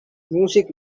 music